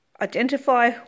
Identify